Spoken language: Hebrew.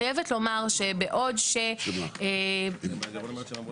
יכול להיות שהשמש זורחת בחוץ, רק שתדעו.